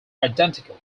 identically